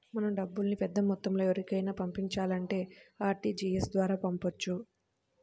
మనం డబ్బుల్ని పెద్దమొత్తంలో ఎవరికైనా పంపించాలంటే ఆర్టీజీయస్ ద్వారా పంపొచ్చు